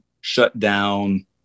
shutdown